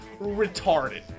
retarded